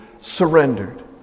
surrendered